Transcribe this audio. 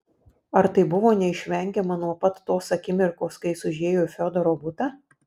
ar tai buvo neišvengiama nuo pat tos akimirkos kai jis užėjo į fiodoro butą